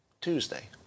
Tuesday